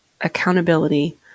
accountability